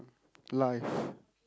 life